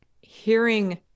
hearing